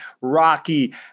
Rocky